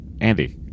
Andy